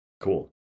Cool